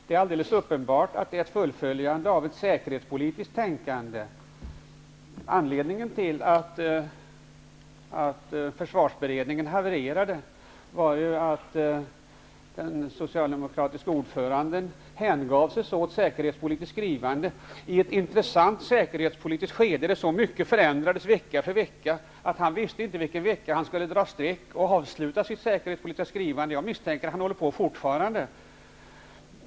Det är alldeles uppenbart att det är ett fullföljande av ett säkerhetspolitiskt tänkande. Anledningen till att försvarsberedningen havererade var att den socialdemokratiske ordföranden hängav sig åt säkerhetspolitiskt skrivande i ett intressant säkerhetspolitiskt skede, där så mycket förändrades vecka för vecka att han inte visste vilken vecka han skulle dra streck och avsluta sitt säkerhetspolitiska skrivande. Jag misstänker att han håller på fortfarande.